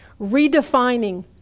redefining